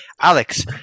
Alex